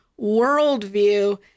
worldview